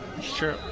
Sure